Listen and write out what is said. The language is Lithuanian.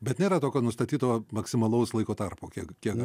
bet nėra tokio nustatyto maksimalaus laiko tarpo kiek kiek gali